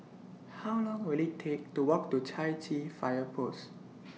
How Long Will IT Take to Walk to Chai Chee Fire Post